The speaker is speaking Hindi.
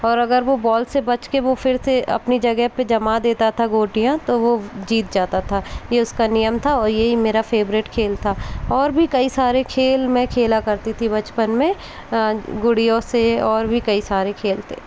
और अगर वो बॉल से बच के वो फिर से अपनी जगह पे जमा देता था गोटियाँ तो वो जीत जाता था ये उसका नियम था और ये ही मेरा फेवरेट खेल था और भी कई सारे खेल मैं खेला करती थी बचपन में गुड़ियों से और भी कई सारे खेल थे